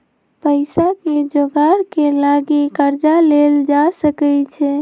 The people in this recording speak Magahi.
पइसाके जोगार के लागी कर्जा लेल जा सकइ छै